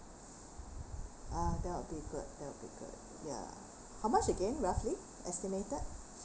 ah that will be good that will be good ya how much again roughly estimated